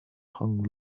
hung